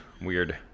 weird